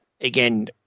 Again